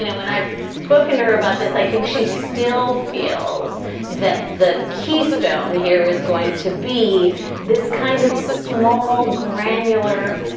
yeah when i've spoken to her about this, i think she still feels that the keystone here is going to be this kind of small, granular,